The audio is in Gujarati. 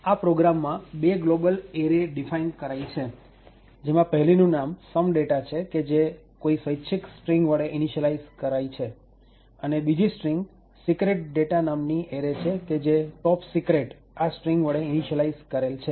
આ પ્રોગ્રામ માં બે ગ્લોબલ એરે ડિફાઇન કરાઈ છે જેમાં પહેલીનું નામ some data છે કે જે કોઈ સ્વૈચ્છિક સ્ટ્રીંગ વડે ઇનીસીયલાઈઝ કરાઈ છે અને બીજી secret data નામની એરે છે જે "TOPSECRETE" આ સ્ટ્રીંગ વડે ઇનીસીયલાઈઝ કરેલ છે